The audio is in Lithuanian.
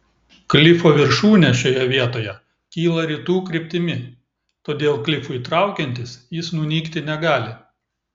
klifo viršūnė šioje vietoje kyla rytų kryptimi todėl klifui traukiantis jis nunykti negali